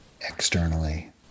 externally